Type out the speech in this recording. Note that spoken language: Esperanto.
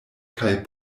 kaj